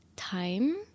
time